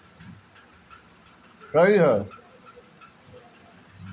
भारत में कृषि उद्योग पे आधा से अधिक लोग निर्भर करेला